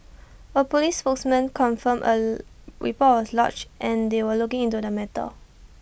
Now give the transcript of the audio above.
A Police spokesman confirmed A report was lodged and that they were looking into the matter